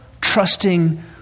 trusting